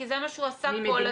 כי זה מה שהוא עשה כל הזמן.